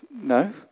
no